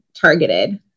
targeted